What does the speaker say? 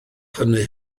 hynny